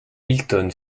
hilton